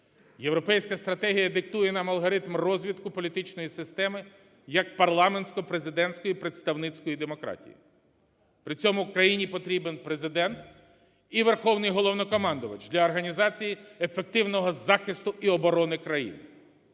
Європейська стратегія диктує нам алгоритм розвитку політичної системи як парламентсько-президентської представницької демократії, при цьому країні потрібен Президент і Верховний Головнокомандувач для організації ефективного захисту і оброни країни,